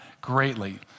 greatly